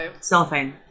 Cellophane